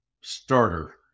starter